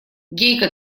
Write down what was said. гейка